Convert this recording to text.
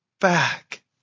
back